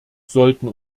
sollten